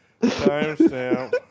Timestamp